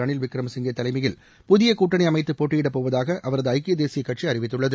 ரனில் விக்ரமசிங்கே தலைமையில் புதிய கூட்டனி அமைத்து போட்டியிடப் போவதாக அவரது ஐக்கிய தேசிய கட்சி அறிவித்துள்ளது